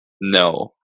no